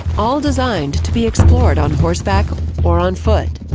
all designed to be explored on horseback or on foot,